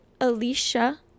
alicia